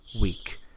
Week